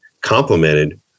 complemented